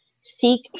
seek